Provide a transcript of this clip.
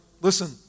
listen